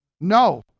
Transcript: no